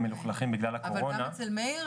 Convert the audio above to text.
מלוכלכים בגלל הקורונה --- אבל גם אצל מאיר,